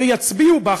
ויצביעו בה,